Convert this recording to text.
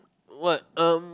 what um